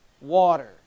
Water